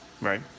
right